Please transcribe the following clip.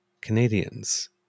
Canadians